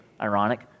ironic